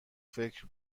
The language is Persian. فکر